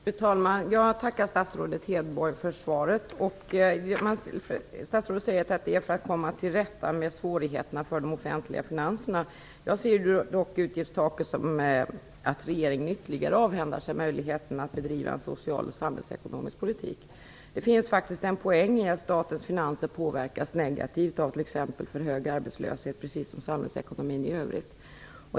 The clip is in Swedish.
Fru talman! Jag tackar statsrådet Hedborg för svaret. Statsrådet säger att man måste komma till rätta med svårigheterna med de offentliga finanserna. Jag ser dock utgiftstaket som att regeringen avhänder sig ytterligare en möjlighet att bedriva en social samhällsekonomisk politik. Det finns faktiskt en poäng i att statens finanser, precis som samhällsekonomin i övrigt, påverkas negativt av t.ex. hög arbetslöshet.